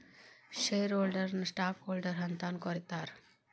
share ಹೋಲ್ಡರ್ನ ನ stock holder ಅಂತಾನೂ ಕರೇತಾರ